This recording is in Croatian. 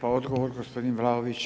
Odgovor, gospodin Vlaović.